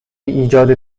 ایجاد